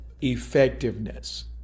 effectiveness